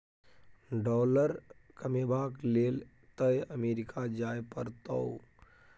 dollar कमेबाक लेल तए अमरीका जाय परतौ